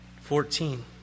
Fourteen